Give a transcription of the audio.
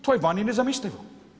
To je vani nezamislivo.